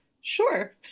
Sure